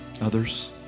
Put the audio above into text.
Others